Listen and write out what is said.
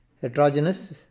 heterogeneous